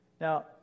Now